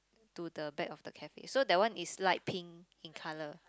to the back of the cafe so that one is light pink in color